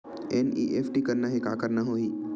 NEFT करना हे का करना होही?